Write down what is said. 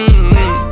Mmm